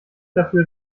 dafür